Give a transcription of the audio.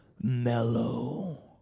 mellow